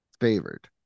Favored